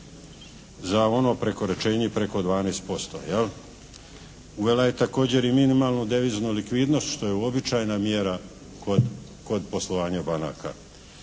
za ono prekoračenje preko 12%. Uvela je također i minimalnu deviznu likvidnost što je uobičajena mjera kod poslovanja banaka.